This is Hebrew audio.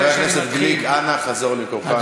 חבר הכנסת גליק, אנא חזור למקומך.